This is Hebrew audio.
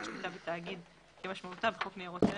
שליטה בתאגיד כמשמעותה בחוק ניירות ערך,